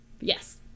Yes